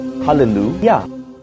Hallelujah